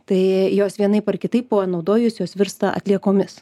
tai jos vienaip ar kitaip panaudojus jos virsta atliekomis